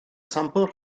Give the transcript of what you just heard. sampl